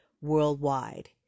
worldwide